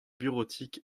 bureautique